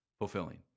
Fulfilling